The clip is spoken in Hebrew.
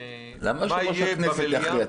למה צריך להכריע?